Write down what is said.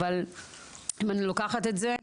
אבל אם אני לוקחת את זה,